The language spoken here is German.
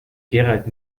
gerald